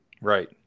Right